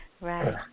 Right